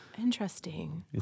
Interesting